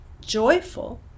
joyful